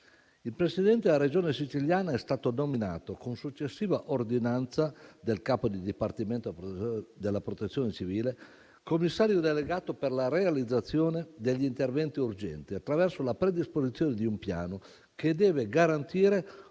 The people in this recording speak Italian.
Il Presidente della Regione Siciliana è stato nominato, con successiva ordinanza del capo del Dipartimento della protezione civile, commissario delegato per la realizzazione degli interventi urgenti, attraverso la predisposizione di un piano che deve garantire *in primis*